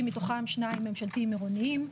מתוכם שניים ממשלתיים עירוניים.